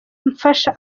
mfasha